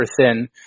thin